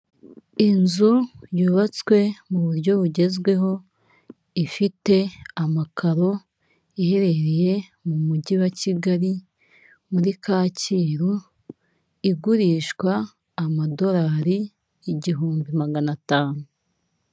Inzu yubatswe mu buryo bugezweho ifite amakaro iherereye mu mujyi wa Kigali muri Kacyiru igurishwa amadorari igihumbi magana atanu.